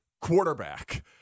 quarterback